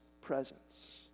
presence